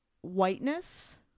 whiteness